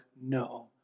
no